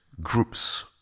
groups